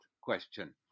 question